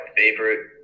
favorite